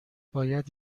باید